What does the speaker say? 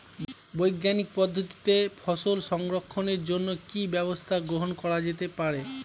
বৈজ্ঞানিক পদ্ধতিতে ফসল সংরক্ষণের জন্য কি ব্যবস্থা গ্রহণ করা যেতে পারে?